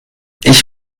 ich